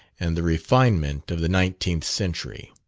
and the refinement of the nineteenth century.